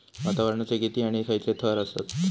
वातावरणाचे किती आणि खैयचे थर आसत?